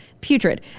putrid